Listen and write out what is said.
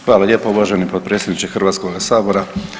Hvala lijepo uvaženi potpredsjedniče Hrvatskoga sabora.